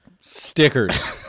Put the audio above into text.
Stickers